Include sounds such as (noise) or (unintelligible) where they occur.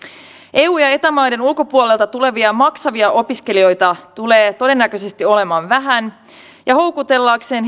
eu ja eta maiden ulkopuolelta tulevia maksavia opiskelijoita tulee todennäköisesti olemaan vähän ja houkutellakseen (unintelligible)